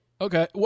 Okay